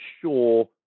sure